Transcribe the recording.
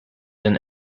than